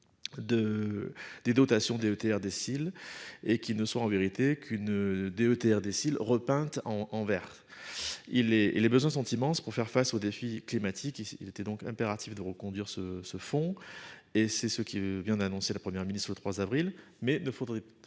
Des dotations DETR décile et qui ne sont en vérité qu'une DETR déciles repeinte en Vert. Il est et les besoins sont immenses pour faire face aux défis climatiques. Il était donc impératif de reconduire ce ce fonds et c'est ce qui vient d'annoncer la Première ministre ou le 3 avril, mai 2. Faudrait